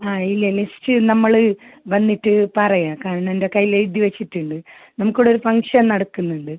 ആ ഇല്ല ലിസ്റ്റ് നമ്മൾ വന്നിട്ട് പറയാം കാരണം എൻ്റെ കൈയിൽ എഴുതി വെച്ചിട്ടുണ്ട് നമുക്കിവിടൊരു ഫംഗ്ഷൻ നടക്കുന്നുണ്ട്